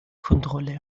kontrolle